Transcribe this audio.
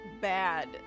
bad